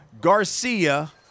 Garcia